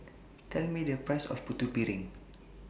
Tell Me The Price of Putu Piring